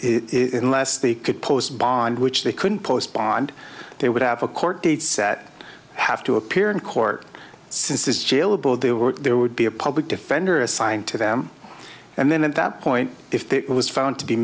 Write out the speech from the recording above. it unless they could post bond which they couldn't post bond they would have a court date set have to appear in court since this jailable their work there would be a public defender assigned to them and then at that point if that was found to be